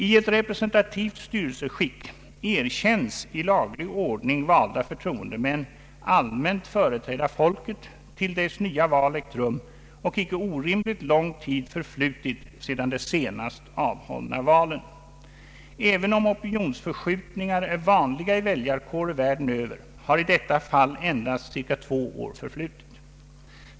I ett representativt styrelseskick erkänns i laglig ordning valda förtroendemän allmänt företräda folket till dess nya val ägt rum och icke orimligt lång tid förflutit sedan de senast avhållna valen. Även om opinionsförskjutningar är vanliga i väljarkårer världen över har i detta fall endast ca 2 år förflutit.